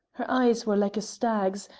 her eyes were like a stag's,